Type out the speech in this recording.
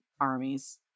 armies